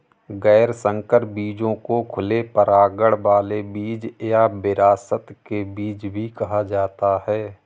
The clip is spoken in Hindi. गैर संकर बीजों को खुले परागण वाले बीज या विरासत के बीज भी कहा जाता है